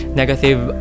negative